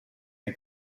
the